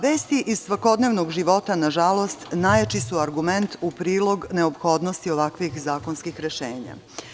Vesti iz svakodnevnog života, nažalost, najjači su argument u prilog neophodnosti ovakvih zakonskih rešenja.